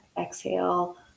exhale